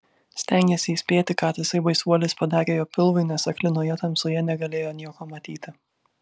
stengėsi įspėti ką tasai baisuolis padarė jo pilvui nes aklinoje tamsoje negalėjo nieko matyti